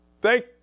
Thank